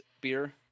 beer